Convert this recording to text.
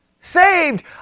saved